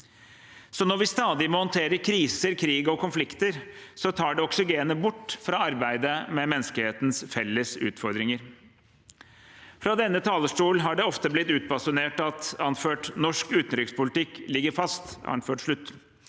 Når vi stadig må håndtere kriser, krig og konflikter, tar det oksygenet bort fra arbeidet med menneskehetens felles utfordringer. Fra denne talerstol har det ofte blitt utbasunert at «norsk utenrikspolitikk ligger fast», men den